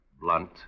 Blunt